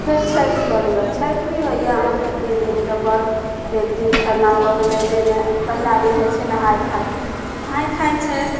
फेर छठि लए लिअ छैठ भी होइए अहाँके तीन दिनके पर्व एक दिन खरना भऽ गेलय जाहिमे पहिला दिन होइ छै नहाय खाय नहाय खाय छै